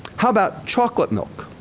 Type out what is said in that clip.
how about chocolate milk?